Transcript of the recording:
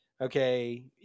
okay